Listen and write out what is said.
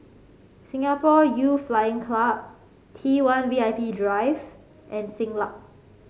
Singapore Youth Flying Club T One V I P Drive and Siglap